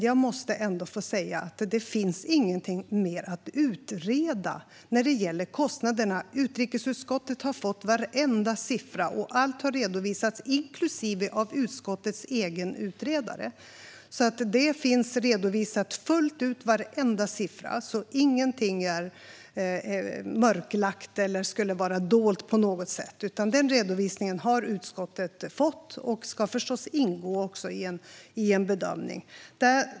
Jag måste få säga att det inte finns något mer att utreda när det gäller kostnaderna. Utrikesutskottet har fått varenda siffra. Allt har redovisats, även för utskottets egen utredare. Varenda siffra finns redovisad fullt ut. Ingenting är mörklagt eller dolt på något sätt. Utskottet har fått denna redovisning, och den ska förstås ingå i en bedömning.